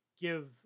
give